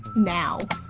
now.